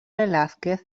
velázquez